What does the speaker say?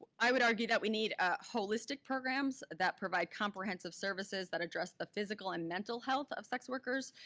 i would argue that we need ah holistic programs that provide comprehensive services that address the physical and mental health of sex workers,